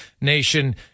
Nation